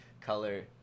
color